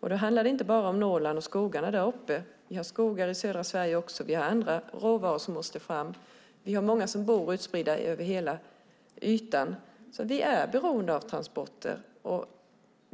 Det handlar alltså inte bara om Norrland och skogarna där uppe. Vi har skogar även i södra Sverige. Vi har också andra råvaror som måste fram. Många bor utspridda och är därför beroende av transporter.